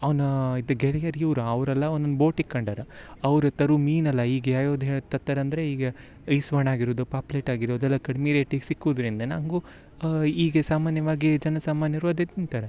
ಅವ್ನ ಇದು ಇವ್ರ ಅವರೆಲ್ಲ ಒನ್ನೊಂದು ಬೋಟ್ ಇಕ್ಕಂಡರ ಅವ್ರ ತರು ಮೀನೆಲ್ಲ ಈಗ ಯಾವ್ಯಾವ್ದು ಹೇಳಿ ತತ್ತರಂದರೆ ಈಗ ಈ ಸ್ವರ್ಣ ಆಗಿರೂದು ಪಾಪ್ಲೆಟ್ ಆಗಿರೋದೆಲ್ಲ ಕಡ್ಮಿ ರೇಟಿಗೆ ಸಿಕ್ಕುದರಿಂದ ನನಗೂ ಈಗೆ ಸಾಮಾನ್ಯವಾಗಿ ಜನ ಸಾಮಾನ್ಯರು ಅದೇ ತಿಂತಾರೆ